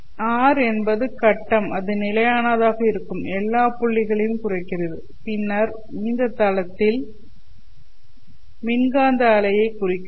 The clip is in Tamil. r என்பது கட்டம் அது நிலையானதாக இருக்கும் எல்லா புள்ளிகளையும் குறிக்கிறது பின்னர் இந்த தளத்தில் மின்காந்த அலையை குறிக்கிறோம்